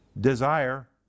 desire